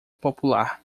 popular